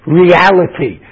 reality